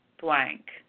blank